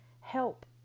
help